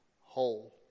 whole